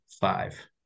five